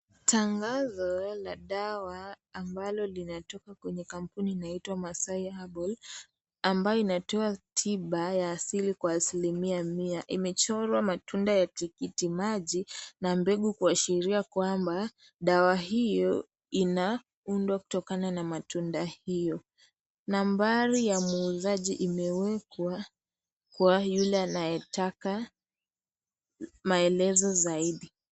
Tangazo la dawa ambalo linatoka kwenye kampuni inayoitwa Masai Herbal ambayo inatoa tiba ya asili mia kwa mia. Imechorwa matunda ya tikiti maji na mbegu kuashiria kwamba dawa hiyo inaundwa kutokana na matunda hiyo. Nambari ya muuzaji imewekwa kwa yule anayetaka maelezo zaidi.